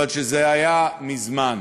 אבל שזה היה מזמן.